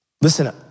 Listen